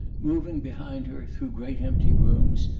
moving behind her through great empty rooms,